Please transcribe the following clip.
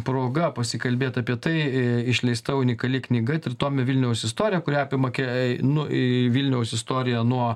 proga pasikalbėt apie tai i išleista unikali knyga tritomė vilniaus istorija kuri apima kai nu į vilniaus istoriją nuo